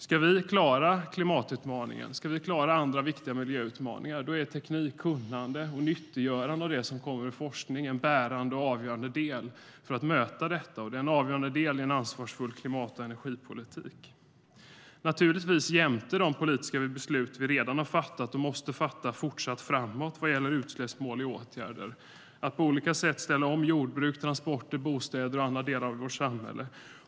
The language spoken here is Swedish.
Ska vi klara klimatutmaningen och andra viktiga miljöutmaningar är teknik, kunnande och nyttiggörande av det som kommer ur forskning en bärande och avgörande del för att möta detta och även en avgörande del i en ansvarsfull klimat och energipolitik, naturligtvis jämte de politiska beslut vi redan har fattat och fortsatt måste fatta vad gäller utsläppsmål och åtgärder, som handlar om att på olika sätt ställa om jordbruk, tranporter, bostäder och andra delar av vårt samhälle.